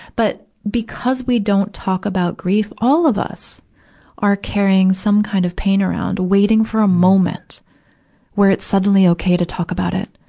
but, because we don't talk about grief, all of us are carrying some kind of pain around, waiting for a moment where it's suddenly okay to talk about it.